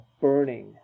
Burning